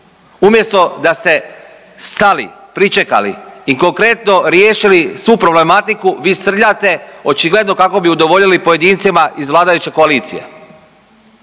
Umjesto da ste stali, pričekali i konkretno riješili svu problematiku vi srljate očigledno kako bi udovoljili pojedincima iz vladajuće koalicije.